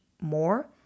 more